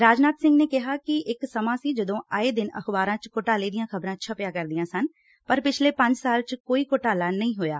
ਰਾਜਨਾਥ ਸਿੰਘ ਨੇ ਕਿਹਾ ਕਿ ਇਕ ਸਮਾ ਸੀ ਜਦੋਂ ਆਏ ਦਿਨ ਅਖਬਾਰਾਂ ਚ ਘੋਟਾਲੇ ਦੀਆਂ ਖ਼ਬਰਾਂ ਛਪਿਆ ਕਰਦੀਆਂ ਸਨ ਪਰ ਪਿਛਲੇ ਪੰਜ ਸਾਲਾਂ ਚ ਕੋਈ ਘੋਟਾਲਾ ਨਹੀਂ ਹੋਇਆ